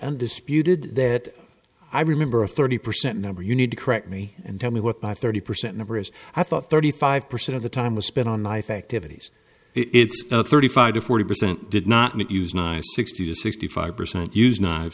undisputed that i remember a thirty percent number you need to correct me and tell me what by thirty percent number is i thought thirty five percent of the time was spent on knife activities it's thirty five to forty percent did not use nice sixty to sixty five percent use knives